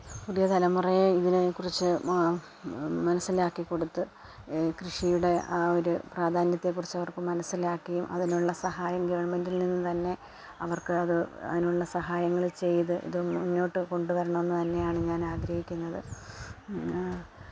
പുതിയ തലമുറയെ ഇതിനെക്കുറിച്ച് മനസ്സിലാക്കി കൊടുത്ത് കൃഷിയുടെ ആ ഒരു പ്രധാന്യത്തെക്കുറിച്ച് അവര്ക്ക് മനസ്സിലാക്കിയും അതിനുള്ള സഹായം ഗവണ്മെന്റില്നിന്ന് തന്നെ അവര്ക്ക് അത് അതിനുള്ള സഹായങ്ങൾ ചെയ്ത് ഇത് മുന്നോട്ട് കൊണ്ടുവരണം എന്ന് തന്നെയാണ് ഞാൻ ആഗ്രഹിക്കുന്നത്